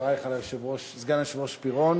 שאתה עוזב.